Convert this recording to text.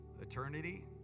Eternity